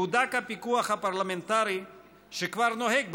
יהודק הפיקוח הפרלמנטרי שכבר נוהג בכנסת,